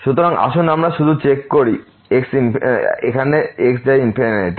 সুতরাং আসুন আমরা শুধু চেক করি এখানে x যায় তে